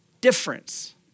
difference